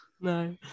No